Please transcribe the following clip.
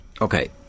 okay